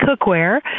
cookware